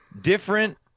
different